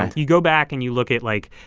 ah you go back and you look at, like,